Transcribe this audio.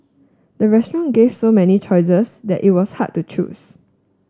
the restaurant gave so many choices that it was hard to choose